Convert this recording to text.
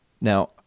Now